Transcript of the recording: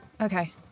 okay